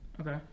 okay